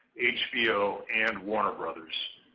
hbo and warner brothers.